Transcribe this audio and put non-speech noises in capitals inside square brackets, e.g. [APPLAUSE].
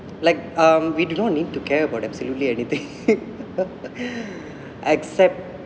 like um we do not need to care about absolutely anything [LAUGHS] except